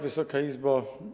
Wysoka Izbo!